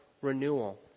renewal